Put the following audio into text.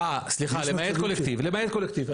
סליחה, למעט קולקטיב.